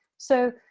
so,